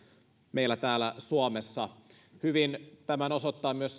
meillä täällä suomessa hyvin tämän osoittaa myös